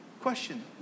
Question